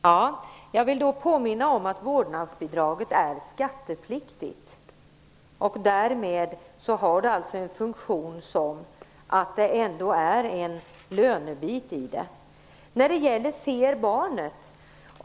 Herr talman! Jag vill påminna om att vårdnadsbidraget är skattepliktigt. Därmed har det en funktion av lön.